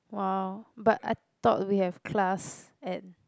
!wow! but I thought we have class at